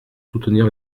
soutenir